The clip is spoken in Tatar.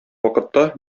вакытта